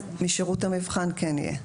משירות המבחן כן יהיה.